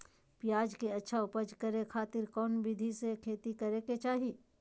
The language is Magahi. प्याज के अच्छा उपज करे खातिर कौन विधि से खेती करे के चाही?